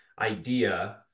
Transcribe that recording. idea